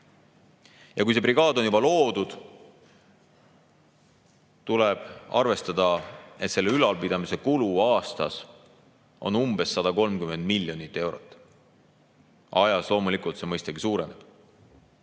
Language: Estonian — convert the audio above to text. Kui see brigaad on juba loodud, tuleb arvestada, et selle ülalpidamise kulu aastas on umbes 130 miljonit eurot. Ajas see loomulikult mõistagi suureneb.